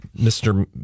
Mr